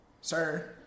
sir